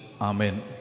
Amen